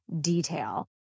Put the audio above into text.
detail